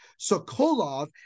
Sokolov